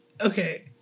okay